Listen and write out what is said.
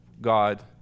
God